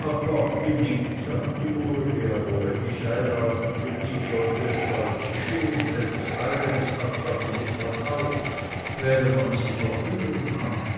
aparti nit sagte uli aber wenn ich heiraten will so sollte es bald geschehen und etwas eigenes anfangen muß man auch während man sich noch rühren mag